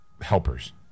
helpers